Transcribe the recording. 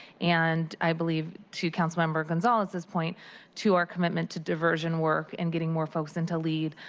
and i believe to council member gonzalez's point to our commitment to diversion work and getting more folks and to lead.